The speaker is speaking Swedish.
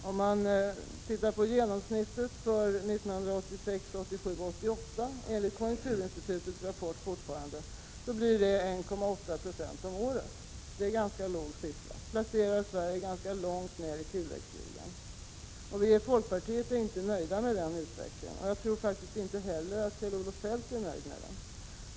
Om man tittar på genomsnittet för 1986, 1987 och 1988, fortfarande enligt konjunkturinstitutets rapport, ser man att det blir 1,8 20 om året. Det är en ganska låg siffra. Den placerar Sverige ganska långt ner i tillväxtligan. Vi i folkpartiet är inte nöjda med den utvecklingen. Jag tror faktiskt inte heller att Kjell-Olof Feldt är nöjd med den.